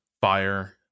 fire